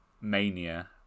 mania